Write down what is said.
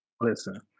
Listen